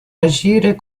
agire